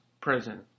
prison